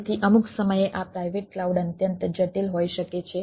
તેથી અમુક સમયે આ પ્રાઇવેટ કલાઉડ અત્યંત જટિલ હોઈ શકે છે